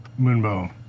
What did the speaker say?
Moonbow